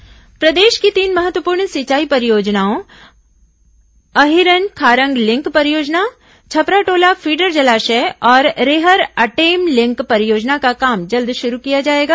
सिंचाई परियोजना प्रदेश की तीन महत्वपूर्ण सिंचाई परियोजनाओं अहिरन खारंग लिंक परियोजना छपराटोला फीडर जलाशय और रेहर अटेम लिंक परियोजना का काम जल्द शुरू किया जाएगा